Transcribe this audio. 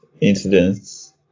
incidents